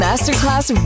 Masterclass